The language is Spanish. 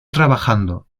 trabajando